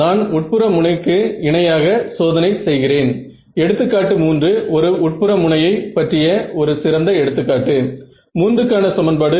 நான் ஏன் இதை தேர்ந்தெடுத்தேன் என்பது இப்போது தெளிவாகி விடும்